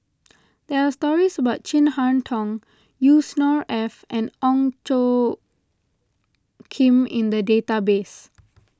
there are stories about Chin Harn Tong Yusnor Ef and Ong Tjoe Kim in the database